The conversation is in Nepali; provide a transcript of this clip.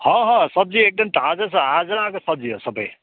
हँ हँ सब्जी एकदम ताजा छ आज आएको सब्जी हो सबै